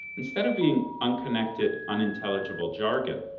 instead of being unconnected, unintelligible jargon,